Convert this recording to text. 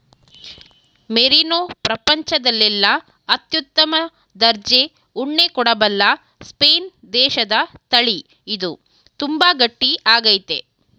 merino ಪ್ರಪಂಚದಲ್ಲೆಲ್ಲ ಅತ್ಯುತ್ತಮ ದರ್ಜೆ ಉಣ್ಣೆ ಕೊಡಬಲ್ಲ ಸ್ಪೇನ್ ದೇಶದತಳಿ ಇದು ತುಂಬಾ ಗಟ್ಟಿ ಆಗೈತೆ